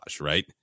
right